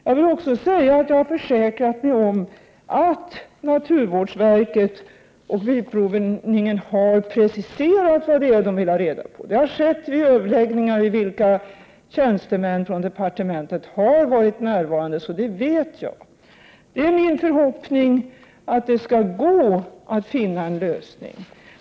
Jag vill även säga att jag har försäkrat mig om att naturvårdsverket och Bilprovningen har preciserat vad det är de vill ha reda på. Det har skett vid överläggningar vid vilka tjänstemän från departementet har varit närvarande, så det vet jag. Det är min förhoppning att det skall gå att finna en lösning.